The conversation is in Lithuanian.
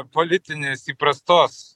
politinės įprastos